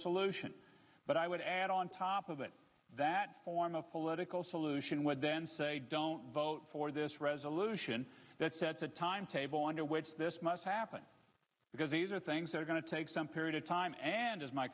solution but i would add on top of it that political solution would then vote for this resolution that's at the time table under which this must happen because these are things that are going to take some period of time and as my